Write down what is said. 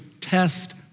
test